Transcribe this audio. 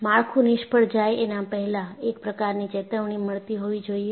માળખું નિષ્ફળ જાય એના પહેલાં એક પ્રકારની ચેતવણી મળતી હોવી જોઈએ